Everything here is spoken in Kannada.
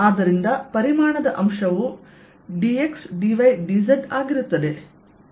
ಆದ್ದರಿಂದ ಪರಿಮಾಣದ ಅಂಶವು dx dy dz ಆಗಿರುತ್ತದೆ